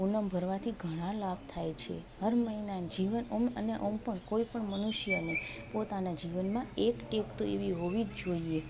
પૂનમ ભરવાથી ઘણા લાભ થાય છે હર મહિનાની જીવન ઓમ અને ઓમ પણ કોઈ પણ મનુષ્યને પોતાના જીવનમાં એક ટેક તો એવી હોવી જ જોઈએ